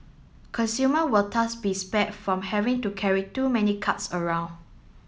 consumer will thus be spared from having to carry too many cards around